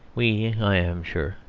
we, i am sure,